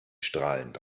strahlend